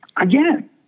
again